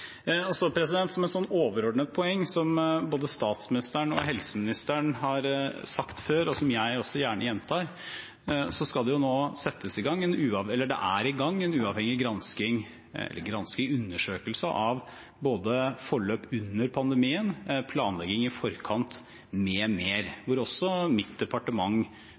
Som et overordnet poeng, som både statsministeren og helseministeren har sagt før, og som jeg gjerne gjentar, er det i gang en uavhengig undersøkelse av forløp under pandemien, planlegging i forkant m.m., der også mitt departement svarer på spørsmål og legger frem det vi får. Det er helt sikkert andre ting som kunne vært gjort underveis. Det er helt sikkert også